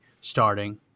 starting